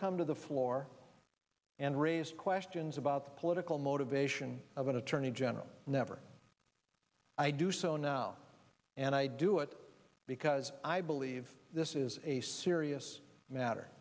come to the floor and raised questions about the political motivation of an attorney general never i do so now and i do it because i believe this is a serious matter